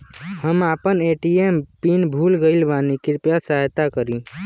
हम आपन ATM pin भूल गईल बानी कृपया सहायता करी